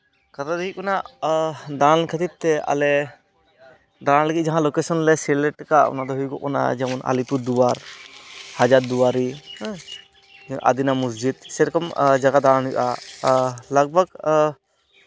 ᱠᱟᱛᱷᱟ ᱫᱚ ᱦᱩᱭᱩᱜ ᱠᱟᱱᱟ ᱫᱟᱢ ᱠᱷᱟᱹᱛᱤᱨ ᱛᱮ ᱟᱞᱮ ᱫᱟᱬᱟᱱ ᱞᱟᱹᱜᱤᱫ ᱡᱟᱦᱟᱸ ᱞᱳᱠᱮᱥᱮᱱ ᱞᱮ ᱥᱤᱞᱮᱠᱴ ᱠᱟᱜ ᱚᱱᱟ ᱫᱚ ᱦᱩᱭᱩᱜᱚᱜ ᱠᱟᱱᱟ ᱡᱮᱢᱚᱱ ᱟᱹᱞᱤᱯᱩᱨ ᱫᱩᱣᱟᱨ ᱦᱟᱡᱟᱨ ᱫᱩᱣᱟᱨᱤ ᱦᱮᱸ ᱟᱹᱫᱤᱱᱟ ᱢᱚᱥᱡᱤᱫ ᱥᱮᱭ ᱨᱚᱠᱚᱢ ᱡᱟᱭᱜᱟ ᱫᱟᱬᱟᱱ ᱦᱩᱭᱩᱜᱼᱟ ᱞᱟᱜᱽᱼᱵᱷᱟᱜᱽ